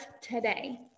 today